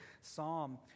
psalm